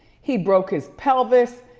he broke his pelvis.